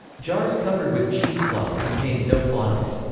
jars covered with cheesecloth contained no flies.